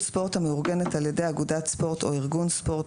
ספורט המאורגנת על-ידי אגודת ספורט או ארגון ספורט,